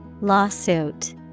Lawsuit